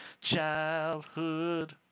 childhood